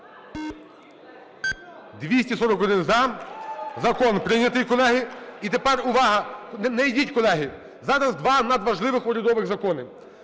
За-241 Закон прийнятий, колеги. І тепер – увага! Не йдіть, колеги. Зараз два надважливих урядових закони.